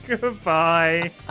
Goodbye